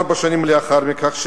ארבע שנים לאחר מכן,